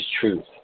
truth